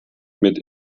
mit